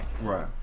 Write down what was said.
Right